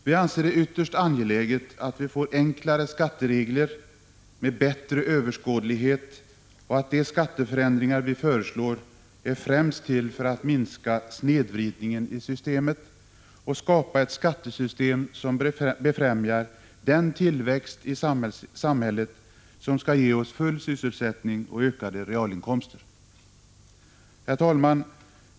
Vi anser det ytterst angeläget att vi får enklare skatteregler med bättre överskådlighet. De skatteförändringar vi föreslår är främst till för att minska snedvridningar i systemet och skapa ett skattesystem som befrämjar den tillväxt i samhället som skall ge oss full sysselsättning och ökade realinkomster. Herr talman!